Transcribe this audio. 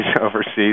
overseas